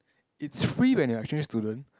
it's free when you're here to learn